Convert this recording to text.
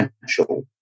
potential